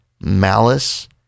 malice